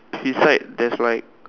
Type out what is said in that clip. beside there's right